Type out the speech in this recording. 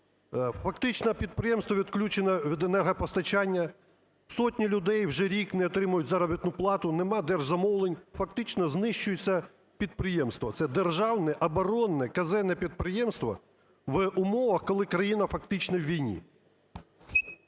Фактично підприємство відключено від енергопостачання, сотні людей вже рік не отримують заробітну плату, нема держзамовлень. Фактично знищується підприємство, це державне оборонне казенне підприємство, в умовах, коли країна фактично у війні.